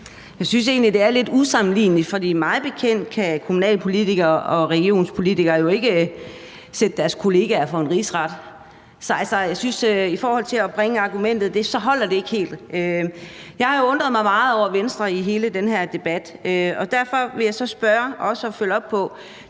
jeg synes egentlig, at det er lidt usammenligneligt, for mig bekendt kan kommunalpolitikere og regionsrådspolitikere jo ikke sætte deres kollegaer for en rigsret. Så jeg synes, at i forhold til at bringe argumentet om det på bane holder det ikke helt. Jeg har undret mig meget over Venstre i hele den her debat. Derfor vil jeg – for også at følge op på